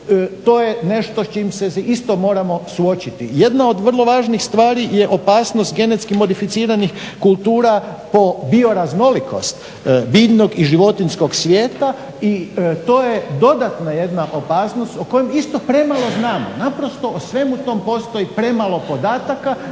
to je nešto s čim se isto moramo suočiti. Jedna od vrlo važnih stvari je opasnost genetski modificiranih kultura po bioraznolikosti biljnog i životinjskog svijeta i to je dodatna jedna opasnost o kojoj isto premalo znamo. Naprosto o svemu tom postoji premalo podataka